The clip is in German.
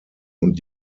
und